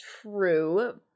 True